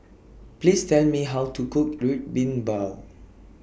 Please Tell Me How to Cook Red Bean Bao